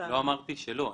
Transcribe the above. לא אמרתי שלא.